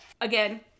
again